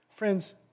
Friends